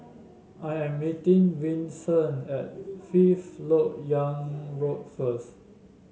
I am meeting Vicente at Fifth LoK Yang Road first